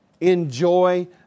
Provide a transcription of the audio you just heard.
Enjoy